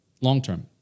long-term